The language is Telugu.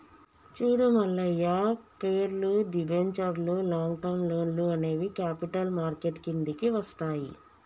చూడు మల్లయ్య పేర్లు, దిబెంచర్లు లాంగ్ టర్మ్ లోన్లు అనేవి క్యాపిటల్ మార్కెట్ కిందికి వస్తాయి